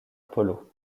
polo